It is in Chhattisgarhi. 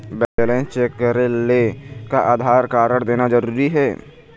बैलेंस चेक करेले का आधार कारड देना जरूरी हे?